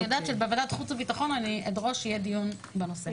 אני יודעת שבוועדת חוץ וביטחון אני אדרוש שיהיה דיון בנושא.